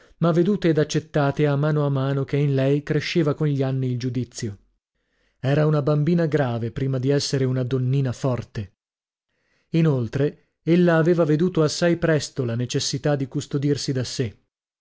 ma vedute ed accettate a mano a mano che in lei cresceva con gli anni il giudizio era una bambina grave prima di essere una donnina forte inoltre ella aveva veduto assai presto la necessità di custodirsi da sè